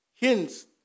hints